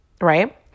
right